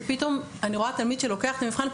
ופתאום אני רואה תלמיד שלוקח את המבחן,